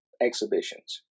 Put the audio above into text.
exhibitions